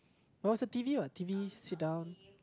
it was a T_V what T_V sit down